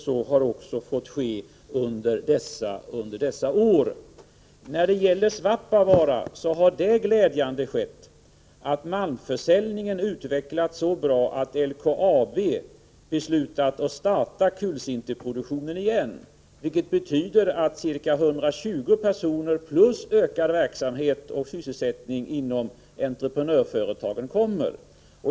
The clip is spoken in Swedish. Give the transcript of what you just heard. Så har alltså fått ske under dessa år. När det gäller Svappavaara har det glädjande skett, att malmförsäljningen utvecklats så bra att LKAB beslutat starta kulsinterproduktionen igen, vilket betyder att det blir arbete för ca 120 personer samt ökad verksamhet och sysselsättning inom entreprenadföretagen.